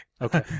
Okay